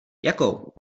jakou